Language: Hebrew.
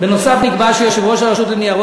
נוסף על כך נקבע שיושב-ראש הרשות לניירות